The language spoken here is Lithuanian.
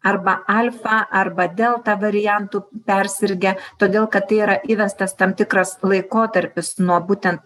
arba alfa arba delta variantu persirgę todėl kad tai yra įvestas tam tikras laikotarpis nuo būtent